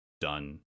done